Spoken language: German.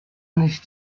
nicht